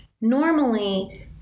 Normally